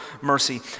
mercy